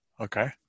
Okay